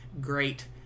great